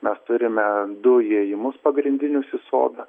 mes turime du įėjimus pagrindinius į sodą